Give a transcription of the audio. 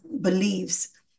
believes